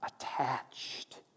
attached